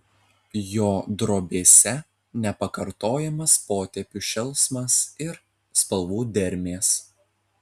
jo drobėse nepakartojamas potėpių šėlsmas ir spalvų dermės